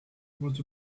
was